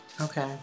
Okay